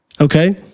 okay